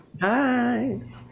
hi